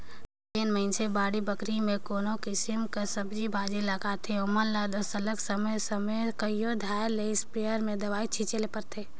जेन मइनसे बाड़ी बखरी में कोनो किसिम कर सब्जी भाजी लगाथें ओमन ल दो सरलग समे समे कइयो धाएर ले इस्पेयर में दवई छींचे ले परथे